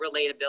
relatability